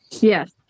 Yes